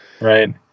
Right